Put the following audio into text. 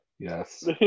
Yes